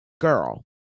Girl